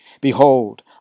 Behold